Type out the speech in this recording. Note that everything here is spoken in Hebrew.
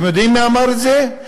אתם יודעים מי אמר את זה?